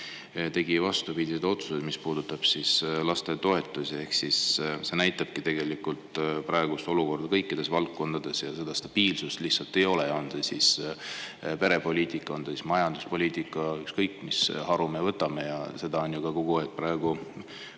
tegid vastupidise otsuse, mis puudutas lastetoetusi. See näitabki tegelikult praegust olukorda kõikides valdkondades: stabiilsust lihtsalt ei ole, on see siis perepoliitika, on see siis majanduspoliitika, ükskõik, mis haru me võtame. Ja seda ongi kogu aeg praegusele